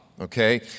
Okay